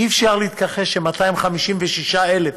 אי-אפשר להתכחש, 256,000